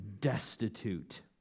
destitute